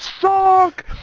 suck